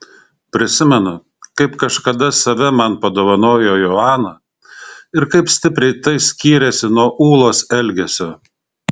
prisimenu kaip kažkada save man padovanojo joana ir kaip stipriai tai skyrėsi nuo ūlos elgesio